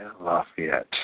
Lafayette